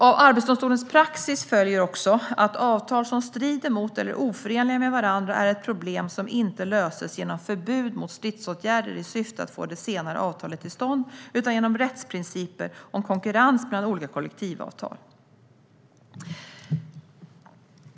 Av Arbetsdomstolens praxis följer också att avtal som strider mot eller är oförenliga med varandra är ett problem som inte löses genom förbud mot stridsåtgärder i syfte att få det senare avtalet till stånd utan genom rättsprinciper om konkurrens mellan olika kollektivavtal.